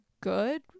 good